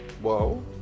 whoa